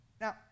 now